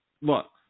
look